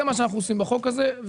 זה מה שאנחנו עושים בחוק הזה.